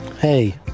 Hey